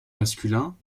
masculin